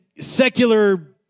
secular